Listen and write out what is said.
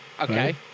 Okay